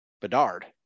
Bedard